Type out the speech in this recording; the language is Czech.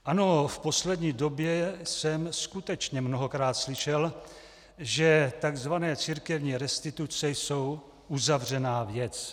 Ano, v poslední době jsem skutečně mnohokrát slyšel, že takzvané církevní restituce jsou uzavřená věc.